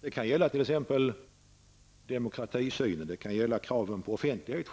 Det kan t.ex. gälla synen på demokrati och självklart kraven på offentlighet.